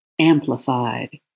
amplified